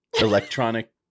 electronic